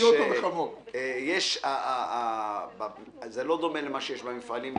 זה לא דומה למה שיש במפעלים,